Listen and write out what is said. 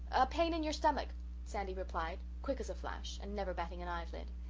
a pain in your stomach sandy replied, quick as a flash and never batting an eyelid.